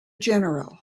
general